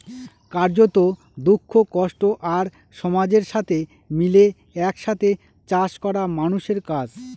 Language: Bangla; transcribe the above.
কার্যত, দুঃখ, কষ্ট আর সমাজের সাথে মিলে এক সাথে চাষ করা মানুষের কাজ